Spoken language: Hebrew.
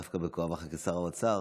דווקא בכובעך כשר האוצר,